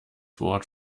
wort